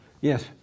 Yes